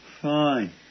Fine